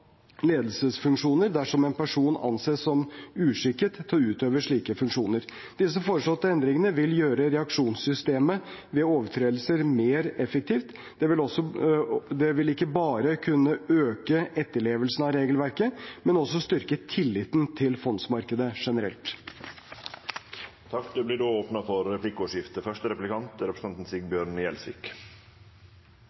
ledelsesfunksjoner dersom en person anses som uskikket til å utøve slike funksjoner. Disse foreslåtte endringene vil gjøre reaksjonssystemet ved overtredelser mer effektivt. Det vil ikke bare kunne øke etterlevelsen av regelverket, men også styrke tilliten til fondsmarkedet generelt. Det vert replikkordskifte. Det